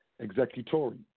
executory